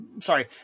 Sorry